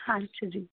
ਅੱਛਾ ਜੀ